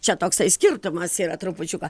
čia toksai skirtumas yra trupučiuką